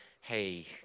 hey